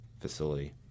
facility